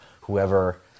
whoever